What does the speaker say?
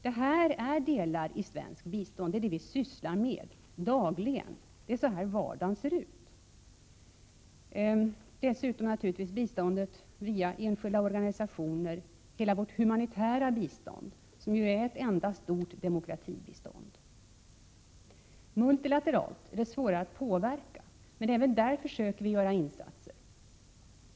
Det här är delar av svenskt bistånd. Det är detta vi sysslar med dagligen. Vardagen ser ut så här. Det finns dessutom demokratibistånd via enskilda organisationer. Hela vårt humanitära bistånd är ett enda stort demokratibistånd. Multilateralt är det svårare att påverka. Vi försöker emellertid även där göra insatser.